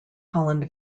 holland